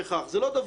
זה לא דבר טכני.